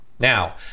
Now